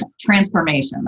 transformation